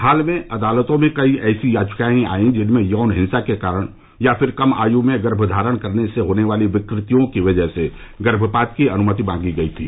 हाल में अदालतों में कई ऐसी याचिकाए आईं जिनमें यौन हिंसा के कारण या फिर कम आयु में गर्म धारण करने से होने वाली विक्र तियों की वजह से गर्भपात की अनुमति मांगी गई थी